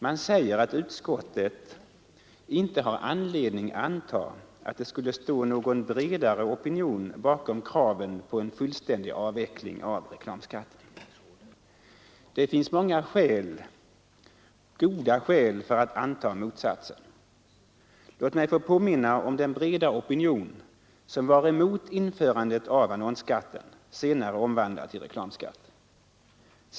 Man säger att utskottet inte har anledning anta att det skulle stå någon bredare opinion bakom kraven på en fullständig avveckling av reklamskatten. Det finns många goda skäl för att anta motsatsen! Låt mig få påminna om den breda opinion som var emot införandet av annonsskatten — senare omvandlad till reklamskatt.